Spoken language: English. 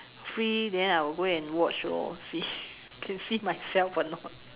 free then I'll go and watch lor see can myself or not